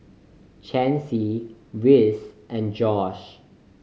Chancy Reese and Josh